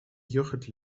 yoghurt